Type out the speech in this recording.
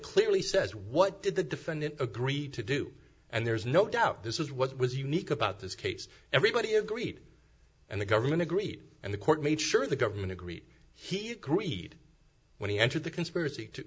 clearly says what did the defendant agreed to do and there's no doubt this is what was unique about this case everybody agreed and the government agreed and the court made sure the government agreed he agreed when he entered the conspiracy to